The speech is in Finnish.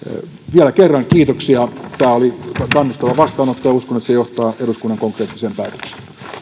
vielä kerran kiitoksia tämä oli kannustava vastaanotto ja uskon että se johtaa eduskunnan konkreettiseen päätökseen